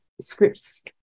scripts